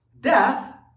Death